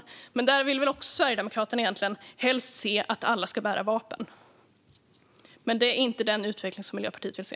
Men även där vill väl Sverigedemokraterna egentligen helst se att alla ska bära vapen. Det är inte den utveckling Miljöpartiet vill se.